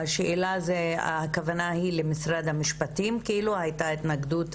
--- הכוונה היא למשרד המשפטים, שהייתה התנגדות?